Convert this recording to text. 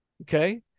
okay